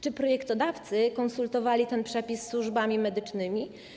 Czy projektodawcy konsultowali ten przepis ze służbami medycznymi?